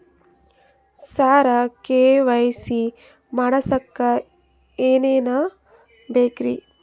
ಸರ KYC ಮಾಡಸಕ್ಕ ಎನೆನ ಬೇಕ್ರಿ?